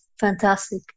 Fantastic